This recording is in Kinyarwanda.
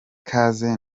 ikaze